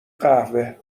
قهوه